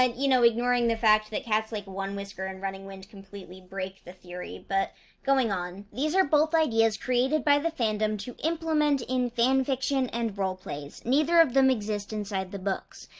and you know, ignoring the fact that cats like onewhisker and runningwind completely break the theory, but going on. these are both ideas created by the fandom to implement in fanfiction and roleplays neither of them exist inside the books.